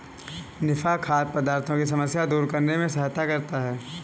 निफा खाद्य पदार्थों की समस्या दूर करने में सहायता करता है